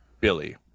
Billy